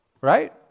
Right